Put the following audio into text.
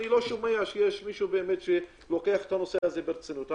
אני לא שומע מישהו שלוקח את הנושא הזה ברצינות.